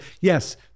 Yes